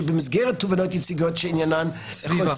שבמסגרת תובענות ייצוגיות שעניינן -- סביבה.